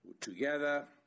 Together